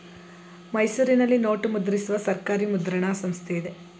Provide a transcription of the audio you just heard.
ಮೈಸೂರಿನಲ್ಲಿ ನೋಟು ಮುದ್ರಿಸುವ ಸರ್ಕಾರಿ ಮುದ್ರಣ ಸಂಸ್ಥೆ ಇದೆ